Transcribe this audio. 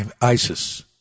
ISIS